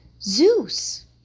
Zeus